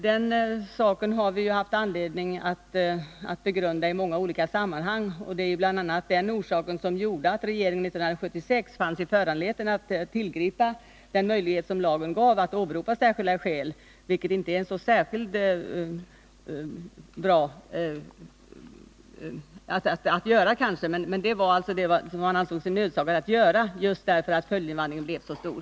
Den saken har vi ju haft anledning att begrunda i många olika sammanhang. Det är bl.a. av det skälet som regeringen 1976 fann sig föranlåten att tillgripa den möjlighet som lagen gav, nämligen att åberopa särskilda skäl — vilket kanske inte är så särskilt bra. Det var emellertid vad man ansåg sig nödsakad att göra, just därför att följdinvandringen blev så stor.